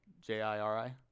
j-i-r-i